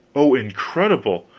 oh, incredible!